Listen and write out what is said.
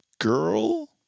girl